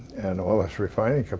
and all its refining